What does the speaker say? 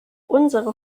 unsere